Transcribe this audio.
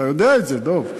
אתה יודע את זה, דב.